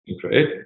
Great